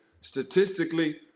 Statistically